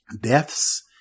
deaths